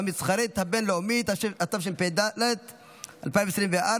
התשפ"ד 2024,